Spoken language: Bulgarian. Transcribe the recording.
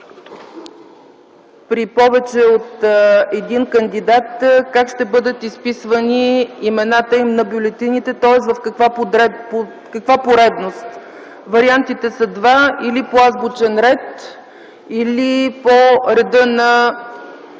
При повече от един кандидат как ще бъдат изписвани имената им на бюлетините, тоест в каква поредност. Вариантите са два – или по азбучен ред, или по реда на